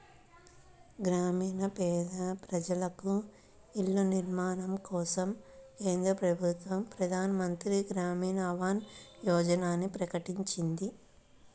గ్రామీణ పేద ప్రజలకు ఇళ్ల నిర్మాణం కోసం కేంద్ర ప్రభుత్వం ప్రధాన్ మంత్రి గ్రామీన్ ఆవాస్ యోజనని ప్రకటించింది